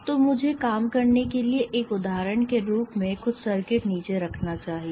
तो मुझे काम करने के लिए एक उदाहरण के रूप में कुछ सर्किट नीचे रखना चाहिए